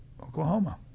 Oklahoma